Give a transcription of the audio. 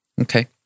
Okay